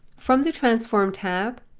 from the transform tab,